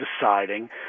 deciding